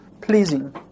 pleasing